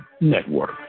Network